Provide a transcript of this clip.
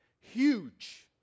Huge